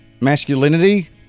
masculinity